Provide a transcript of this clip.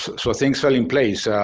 so things fell in place.